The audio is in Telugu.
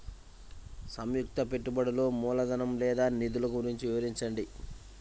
సంయుక్త పెట్టుబడులు మూలధనం లేదా నిధులు గురించి వివరించండి?